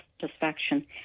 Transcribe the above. satisfaction